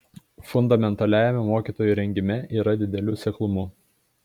fundamentaliajame mokytojų rengime yra didelių seklumų